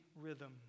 rhythm